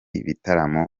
bitaramo